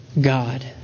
God